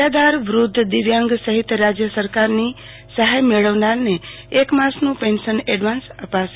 નિરાધાર વૃધ્ધ દિવ્યાંગ સહિત રાજય સરકારની સહાય મેળવનારને એકમાસનું પેન્શન એડવાન્સ અપાશે